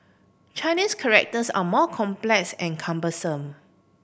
Chinese characters are more complex and cumbersome